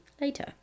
later